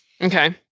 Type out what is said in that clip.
Okay